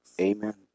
Amen